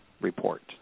report